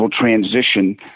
transition